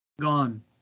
gone